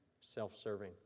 Self-serving